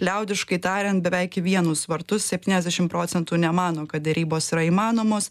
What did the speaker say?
liaudiškai tariant beveik į vienus vartus septyniasdešim procentų nemano kad derybos yra įmanomos